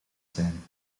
zijn